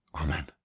Amen